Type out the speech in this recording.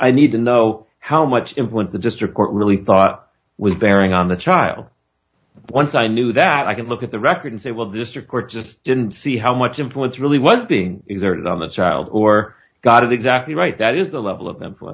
i need to know how much influence the district court really thought was bearing on the child once i knew that i could look at the record and say well district court just didn't see how much influence really was being exerted on the child or got of exactly right that is the level of